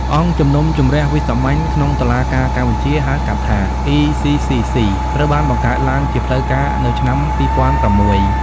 អង្គជំនុំជម្រះវិសាមញ្ញក្នុងតុលាការកម្ពុជា (ហៅកាត់ថា ECCC) ត្រូវបានបង្កើតឡើងជាផ្លូវការនៅឆ្នាំ២០០៦។